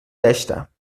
گشتم